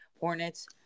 Hornets